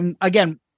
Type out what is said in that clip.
again